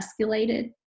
escalated